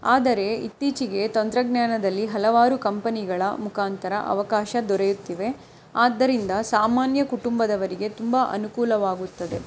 ಆದರೆ ಇತ್ತೀಚೆಗೆ ತಂತ್ರಜ್ಞಾನದಲ್ಲಿ ಹಲವಾರು ಕಂಪನಿಗಳ ಮುಖಾಂತರ ಅವಕಾಶ ದೊರೆಯುತ್ತಿವೆ ಆದ್ದರಿಂದ ಸಾಮಾನ್ಯ ಕುಟುಂಬದವರಿಗೆ ತುಂಬ ಅನುಕೂಲವಾಗುತ್ತದೆ